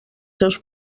seus